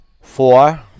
Four